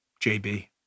JB